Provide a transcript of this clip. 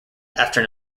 after